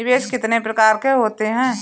निवेश कितने प्रकार के होते हैं?